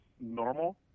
normal